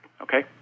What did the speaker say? Okay